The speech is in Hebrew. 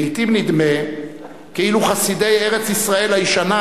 לעתים נדמה כאילו חסידי ארץ-ישראל הישנה,